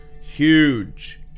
Huge